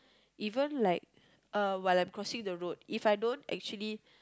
even like uh while I'm crossing the road if I don't actually